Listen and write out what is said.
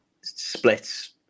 Splits